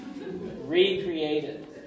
recreated